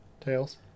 Tails